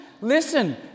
listen